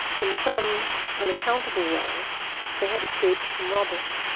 in some unaccountable way they had escaped from robert.